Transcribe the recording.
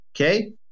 okay